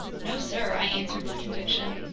no, sir, i answered with conviction.